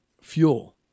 fuel